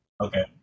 Okay